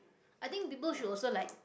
I think people should also like